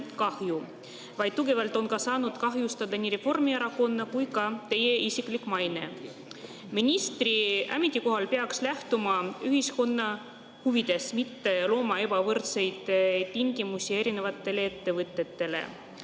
on saanud kahjustada nii Reformierakonna kui ka teie isiklik maine. Ministri ametikohal peaks lähtuma ühiskonna huvidest, mitte looma ebavõrdseid tingimusi erinevatele ettevõtetele.